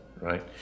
right